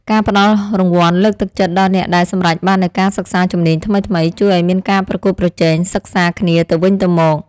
ការផ្តល់រង្វាន់លើកទឹកចិត្តដល់អ្នកដែលសម្រេចបាននូវការសិក្សាជំនាញថ្មីៗជួយឱ្យមានការប្រកួតប្រជែងសិក្សាគ្នាទៅវិញទៅមក។